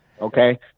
Okay